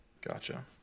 Gotcha